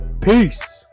Peace